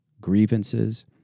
grievances